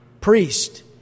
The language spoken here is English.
priest